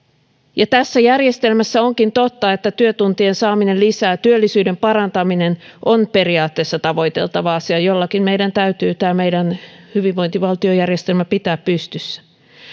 ja tässä järjestelmässä onkin totta että työtuntien lisääminen työllisyyden parantaminen on periaatteessa tavoiteltava asia jollakin meidän täytyy tämä meidän hyvinvointivaltiojärjestelmämme pitää pystyssä